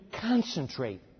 concentrate